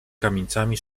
kamienicami